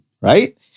right